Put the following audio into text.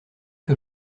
que